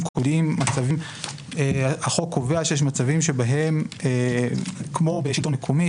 היהודיים החוק קובע שיש מצבים שבהם כמו בשלטון מקומי,